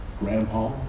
Grandpa